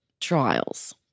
trials